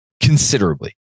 considerably